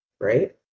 right